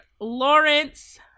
Lawrence